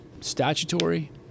statutory